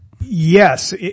yes